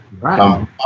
Right